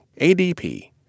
ADP